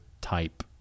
type